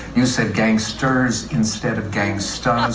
you said gangsters instead of gangstas